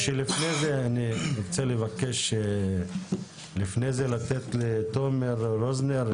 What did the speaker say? אני מבקש לתת לתומר רוזנר,